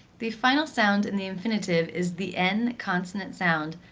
the final sound in the infinitive is the n consonant sound,